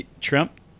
Trump